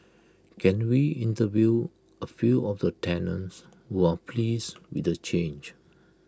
can we interview A few of the tenants who are pleased with the change